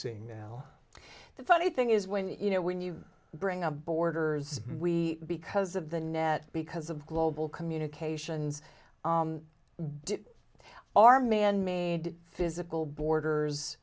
seeing now the funny thing is when you know when you bring a borders we because of the net because of global communications our manmade physical borders